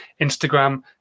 Instagram